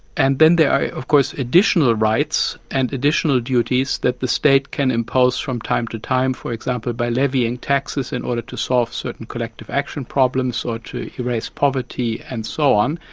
and then there are, of course, additional rights and additional duties that the state can impose from time to time. for example, by levying taxes in order to solve certain collective action problems or to erase poverty and so on,